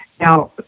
Now